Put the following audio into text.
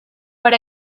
per